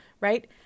right